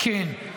--- עם השיח.